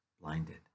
blinded